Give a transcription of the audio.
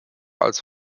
als